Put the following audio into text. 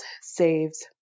saves